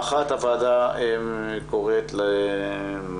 האחת, הוועדה קוראת לשב"ס,